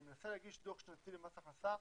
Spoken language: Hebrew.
אני מנסה להגיש דוח שנתי למס הכנסה